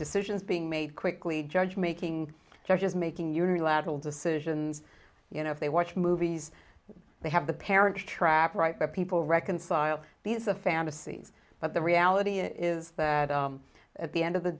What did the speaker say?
decisions being made quickly judge making judges making unilateral decisions you know if they watch movies they have the parent trap right there people reconcile these a fantasies but the reality is that at the end of the